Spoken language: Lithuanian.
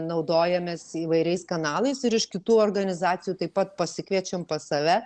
naudojamės įvairiais kanalais ir iš kitų organizacijų taip pat pasikviečiam pas save